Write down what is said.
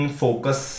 focus